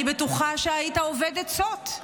אני בטוחה שהיית אובד עצות.